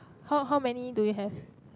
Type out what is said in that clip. how how many do you have